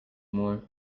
more